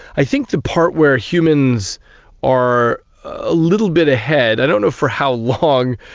i think the part where humans are a little bit ahead, i don't know for how long,